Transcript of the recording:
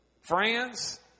France